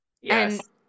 yes